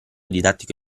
didattico